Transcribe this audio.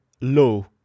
low